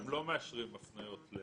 הם לא מאשרים הפניות.